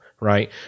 right